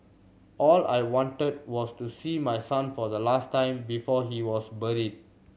all I wanted was to see my son for the last time before he was buried